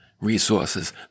resources